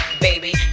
Baby